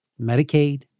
Medicaid